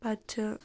پَتہٕ چھِ